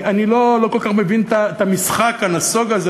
אני לא כל כך מבין את המשחק הנסוג הזה,